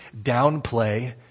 downplay